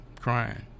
crying